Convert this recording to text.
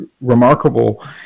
remarkable